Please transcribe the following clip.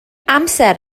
amser